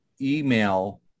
email